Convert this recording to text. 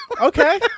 Okay